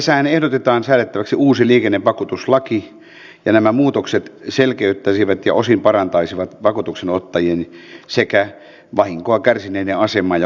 tässähän ehdotetaan säädettäväksi uusi liikennevakuutuslaki ja nämä muutokset selkeyttäisivät ja osin parantaisivat vakuutuksenottajien sekä vahinkoa kärsineiden asemaa ja oikeuksia